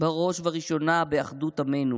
בראש וראשונה באחדות עמנו